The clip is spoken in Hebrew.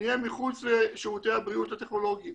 נהיה מחוץ לשירותי הבריאות הטכנולוגיים